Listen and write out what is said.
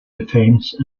defense